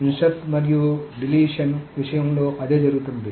చొప్పించడం మరియు తొలగింపు విషయంలో అదే జరుగుతుంది